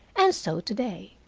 and so today.